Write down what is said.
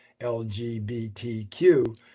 LGBTQ